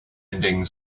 ending